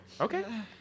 Okay